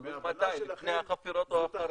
זה תלוי מתי, לפני החפירות או אחרי.